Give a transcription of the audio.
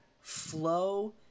flow